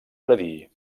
predir